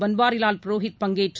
பன்வாரிலால் புரோஹித் பங்கேற்று